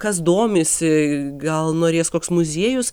kas domisi gal norės koks muziejus